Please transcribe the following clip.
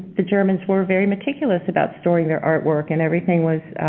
the germans were very meticulous about storing their artwork and everything was,